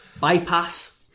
bypass